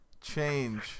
Change